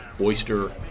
oyster